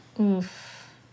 Oof